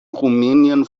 rumänien